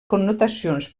connotacions